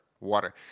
water